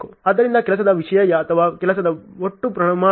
ಆದ್ದರಿಂದ ಕೆಲಸದ ವಿಷಯ ಅಥವಾ ಕೆಲಸದ ಒಟ್ಟು ಪ್ರಮಾಣ